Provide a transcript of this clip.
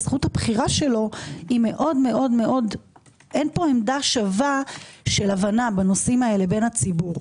זכות הבחירה שלו - אין פה עמדה שווה של הבנה בנושאים האלה בין הציבור,